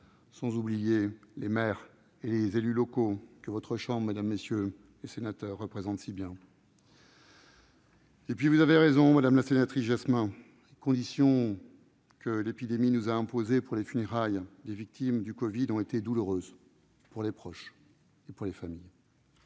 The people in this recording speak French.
pas exhaustive -les maires et les élus locaux, que votre chambre, mesdames, messieurs les sénateurs, représente si bien. Vous avez raison, madame la sénatrice Jasmin, les conditions que l'épidémie nous a imposées pour les funérailles des victimes du Covid-19 ont été douloureuses pour les proches et pour les familles.